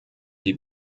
die